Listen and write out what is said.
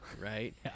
right